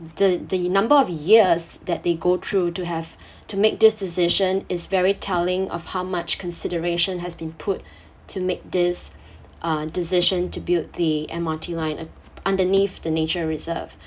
the the number of years that they go through to have to make this decision is very telling of how much consideration has been put to make this uh decision to build the M_R_T line und~ underneath the nature reserve